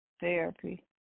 Therapy